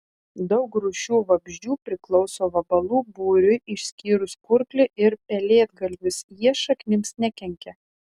daug rūšių vabzdžių priklauso vabalų būriui išskyrus kurklį ir pelėdgalvius jie šaknims nekenkia